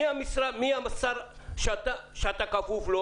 מי השר שאתה כפוף לו?